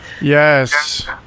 Yes